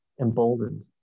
emboldened